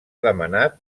demanat